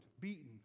beaten